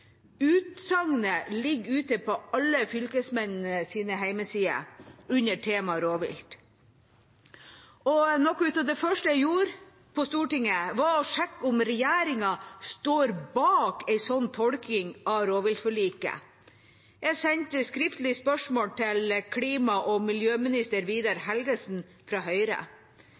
Utsagnet ligger ute på alle fylkesmennenes hjemmesider under temaet «rovvilt». Noe av det første jeg gjorde på Stortinget, var å sjekke om regjeringa sto bak en slik tolkning av rovviltforliket. Jeg sendte skriftlig spørsmål til klima- og miljøminister Vidar Helgesen, fra Høyre.